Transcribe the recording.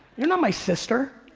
you're not my sister.